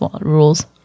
rules